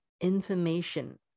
information